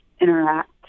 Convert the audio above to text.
interact